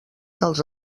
dels